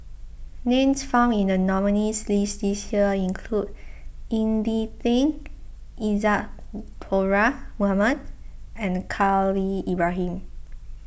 names found in the nominees' list this year include Ying E Ding Isadhora Mohamed and Khalil Ibrahim